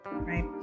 Right